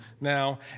now